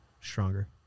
stronger